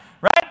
right